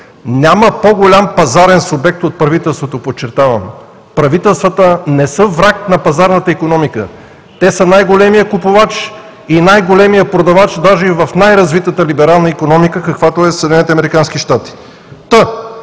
Няма по-голям пазарен субект от правителството, подчертавам. Правителствата не са враг на пазарната икономика. Те са най-големият купувач и най-големият продавач, даже и в най-развитата либерална икономика, каквато е в